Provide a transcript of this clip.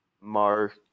Mark